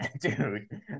dude